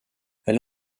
elle